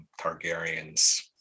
Targaryens